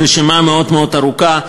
הרשימה מאוד מאוד ארוכה,